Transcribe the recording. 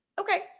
Okay